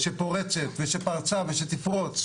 טפסר, רח"ט מבצעים, המשרד לביטחון הפנים צחי שרעבי